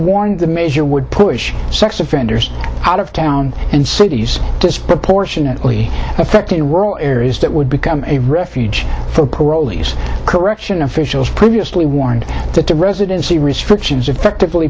the measure would push sex offenders out of town and cities disproportionately affecting rural areas that would become a refuge for poor ollie's correction officials previously warned that the residency restrictions effectively